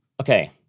Okay